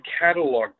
catalog